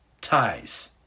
ties